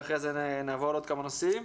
ואחרי זה נעבור לעוד כמה נושאים.